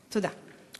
תודה.